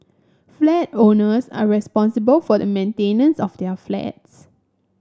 flat owners are responsible for the maintenance of their flats